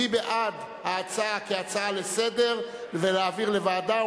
מי בעד ההצעה כהצעה לסדר-היום ולהעביר לוועדה,